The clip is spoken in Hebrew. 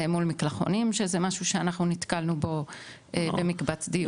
מול מקלחונים שזה משהו שאנחנו נתקלנו בו במקבץ דיור.